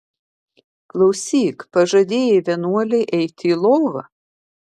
klausyk pažadėjai vienuolei eiti į lovą